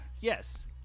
Yes